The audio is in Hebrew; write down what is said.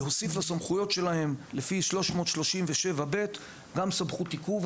להוסיף לסמכויות שלהם לפי 337(ב) גם סמכות עיכוב.